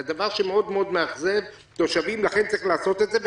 זה דבר מאוד מאכזב תושבים ולכן צריך לעשות את זה.